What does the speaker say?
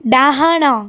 ଡାହାଣ